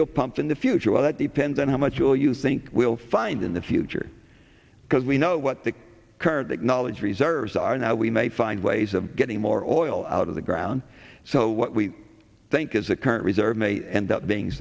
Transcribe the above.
we'll pump in the future well that depends on how much will you think we'll find in the future because we know what the current technology reserves are now we may find ways of getting more oil out of the ground so what we think is a current reserve may end up being